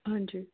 हां जी